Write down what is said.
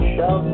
Show